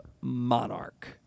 Monarch